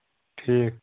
ٹھیٖک